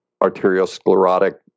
arteriosclerotic